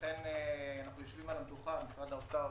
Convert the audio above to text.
ולכן אנחנו יושבים על המדוכה עם משרד האוצר,